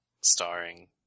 starring